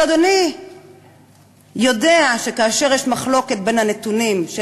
אבל אדוני יודע שכאשר יש מחלוקת בין הנתונים של